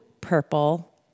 purple